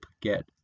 get